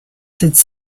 cette